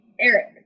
Eric